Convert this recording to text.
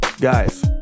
Guys